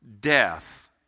death